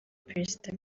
perezida